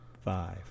five